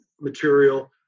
material